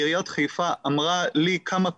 עיריית חיפה אמרה לי כמה פעמים,